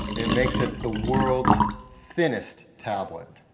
it makes it the world's thinnest tablet.